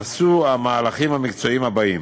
נעשו המהלכים המקצועיים האלה: